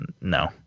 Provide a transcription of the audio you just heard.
no